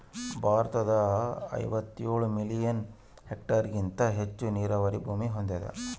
ಭಾರತ ಐವತ್ತೇಳು ಮಿಲಿಯನ್ ಹೆಕ್ಟೇರ್ಹೆಗಿಂತ ಹೆಚ್ಚು ನೀರಾವರಿ ಭೂಮಿ ಹೊಂದ್ಯಾದ